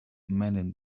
mending